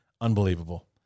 unbelievable